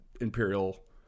imperial